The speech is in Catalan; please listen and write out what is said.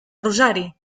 rosari